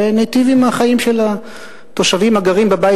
וניטיב עם החיים של התושבים הגרים בבית